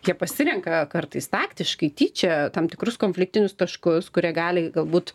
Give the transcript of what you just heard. jie pasirenka kartais taktiškai tyčia tam tikrus konfliktinius taškus kurie gali galbūt